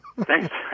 thanks